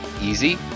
easy